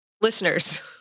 Listeners